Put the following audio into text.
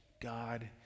God